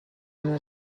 una